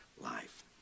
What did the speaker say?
life